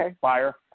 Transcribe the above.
fire